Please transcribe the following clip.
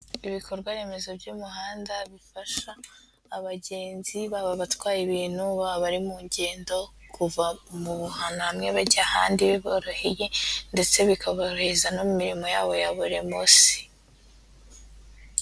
Ibikorwa remezo by'umuhanda bifasha abagenzi baba batwaye ibintu, baba abari mu ngendo kuva ahantu hamwe bajya ahandi biboroheye ndetse bikaborohereza n'imirimo yabo ya buri munsi.